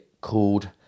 called